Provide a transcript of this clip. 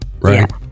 Right